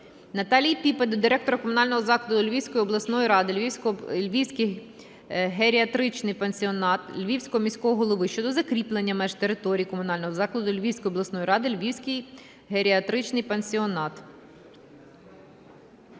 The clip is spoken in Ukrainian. Наталії Піпи до директора комунального закладу Львівської обласної ради "Львівський геріатричний пансіонат", Львівського міського голови щодо закріплення меж території комунального закладу Львівської обласної ради "Львівський геріатричний пансіонат".